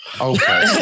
Okay